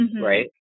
right